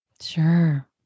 Sure